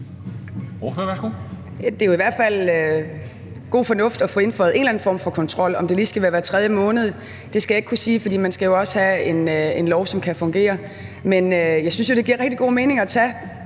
Det er jo i hvert fald god fornuft at få indføjet en eller anden form for kontrol. Om det lige skal være hver 3. måned, skal jeg ikke kunne sige, for man skal jo også have en lov, som kan fungere. Men jeg synes jo, det giver rigtig god mening at tage